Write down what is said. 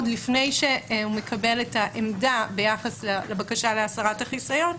עוד לפני שהוא מקבל את העמדה ביחס לבקשה להסרת החיסיון,